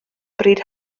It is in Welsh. bryd